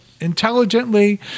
intelligently